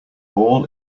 all